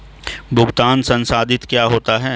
भुगतान संसाधित क्या होता है?